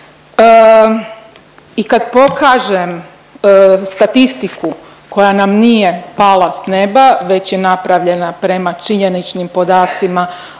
I kad pokažem statistiku koja nam nije pala s neba već je napravljena prema činjeničnim podacima